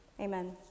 amen